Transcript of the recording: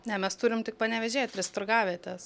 ne mes turim tik panevėžyje tris turgavietes